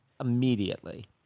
immediately